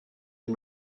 and